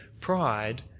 pride